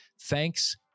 thanks